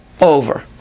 over